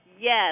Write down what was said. Yes